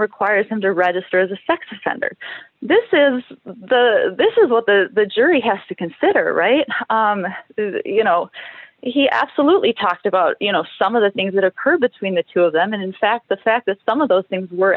requires him to run history as a sex offender this is the this is what the jury has to consider right now you know he absolutely talked about you know some of the things that occur between the two of them and in fact the fact that some of those things were